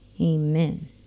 amen